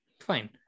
fine